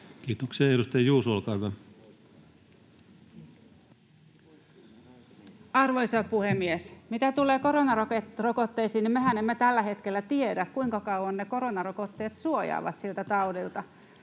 muuttamisesta Time: 14:19 Content: Arvoisa puhemies! Mitä tulee koronarokotteisiin, niin mehän emme tällä hetkellä tiedä, kuinka kauan ne koronarokotteet suojaavat siltä taudilta.